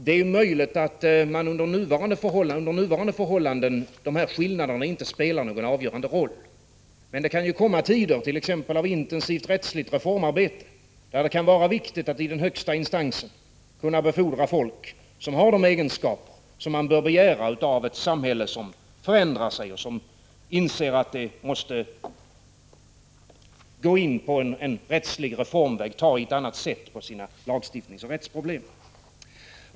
Det är möjligt att skillnaderna under nuvarande förhållanden inte spelar någon avgörande roll. Men det kan komma tider, t.ex. av intensivt rättsligt reformarbete, då det kan vara viktigt att i den högsta instansen kunna befordra folk som har de egenskaper som vi kan begära i ett samhälle som förändrar sig och där det finns insikt om att man måste slå in på en rättslig reformväg och på ett annat sätt angripa lagstiftningsoch rättsproblemen.